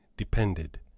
Depended